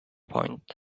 point